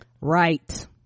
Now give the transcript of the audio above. right